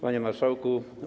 Panie Marszałku!